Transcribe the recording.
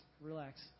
relax